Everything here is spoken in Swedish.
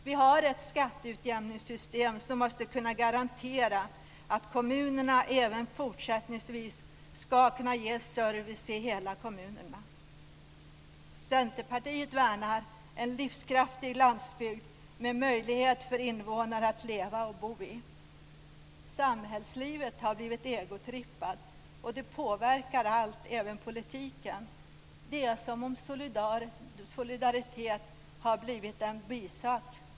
Vi har ett skatteutjämningssystem som måste kunna garantera att kommunerna även fortsättningsvis ska kunna ge service i hela kommunen. Centerpartiet värnar en livskraftig landsbygd med möjlighet för invånare att leva och bo i. "Samhällslivet har blivit egotrippat och det påverkar allt, även politiken. Det är som om solidaritet har blivit en bisak."